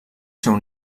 seu